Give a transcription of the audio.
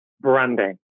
branding